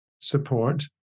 support